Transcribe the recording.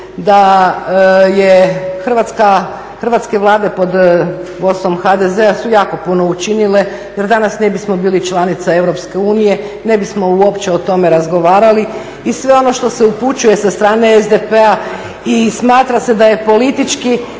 da je hrvatska Vlada pod vodstvom HDZ-a su jako puno učinile jer danas ne bismo bili članica Europske unije, ne bismo uopće o tome razgovarali i sve ono što se upućuje sa strane SDP-a i smatra se da je politički